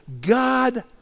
God